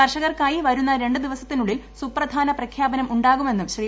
കർഷകർക്കായി വരുന്ന രണ്ട് ദിവസത്തിനുള്ളിൽ സുപ്രധാന പ്രഖ്യാപനം ഉണ്ടാകുമെന്നും ശ്രീ